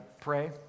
pray